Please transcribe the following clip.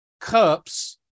cups